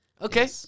Okay